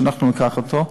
אנחנו ניקח אותו.